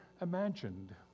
imagined